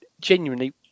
genuinely